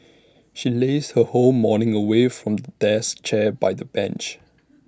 she lazed her whole morning away from desk chair by the beach